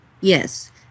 Yes